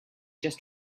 just